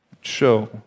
show